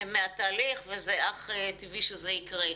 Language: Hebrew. מהתהליך וזה אך טבעי שזה יקרה.